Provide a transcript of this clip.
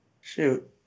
Shoot